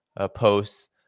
posts